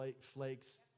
flakes